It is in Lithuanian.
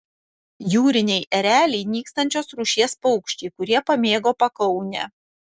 jūriniai ereliai nykstančios rūšies paukščiai kurie pamėgo pakaunę